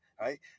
Right